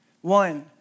one